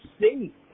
see